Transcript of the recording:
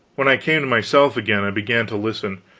when i came to myself again and began to listen,